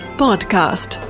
podcast